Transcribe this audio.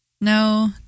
No